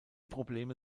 probleme